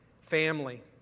family